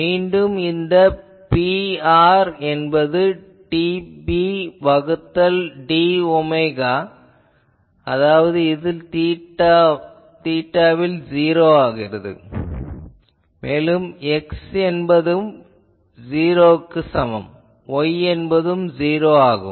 மீண்டும் இந்த Pr என்பது dP வகுத்தல் d ஒமேகா தீட்டாவில் '0' மேலும் X என்பது '0' க்கு சமம் Y என்பதும் '0' ஆகும்